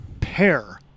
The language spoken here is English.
pair